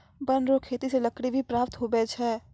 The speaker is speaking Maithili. वन रो खेती से लकड़ी भी प्राप्त हुवै छै